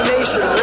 Nation